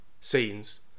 scenes